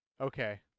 Okay